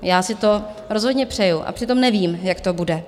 Já si to rozhodně přeju, a přitom nevím, jak to bude.